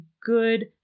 good